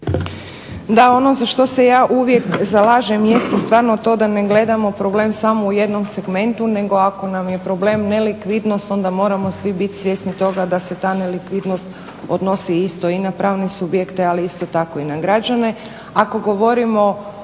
Da, ono za što se ja uvijek zalažem jeste stvarno to da ne gledamo problem samo u jednom segmentu nego ako nam je problem nelikvidnost onda moramo svi biti svjesni toga da se ta nelikvidnost odnosi isto i na pravne subjekte, ali isto tako i na građane.